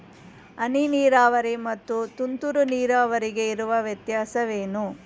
ಹನಿ ನೀರಾವರಿ ಮತ್ತು ತುಂತುರು ನೀರಾವರಿಗೆ ಇರುವ ವ್ಯತ್ಯಾಸವೇನು?